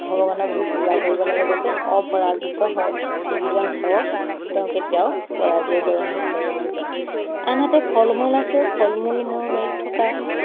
ভগৱানক দি পূজা কৰিব লাগে যাতে অপৰাজিত হয় যিজন সেৱক তেওঁ কেতিয়াও পৰাজয় বৰণ নকৰে বুলি কয় আনহাতে ফল মূল আছে ফল মূল মোৰ বাৰীত থকা